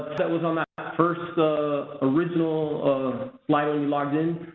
that was on that first original um line when we logged in,